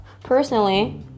personally